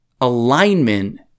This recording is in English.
alignment